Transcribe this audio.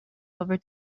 over